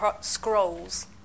scrolls